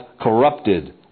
corrupted